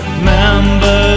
Remember